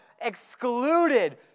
excluded